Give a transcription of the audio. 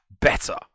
better